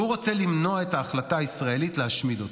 והוא רוצה למנוע את ההחלטה הישראלית להשמיד אותו.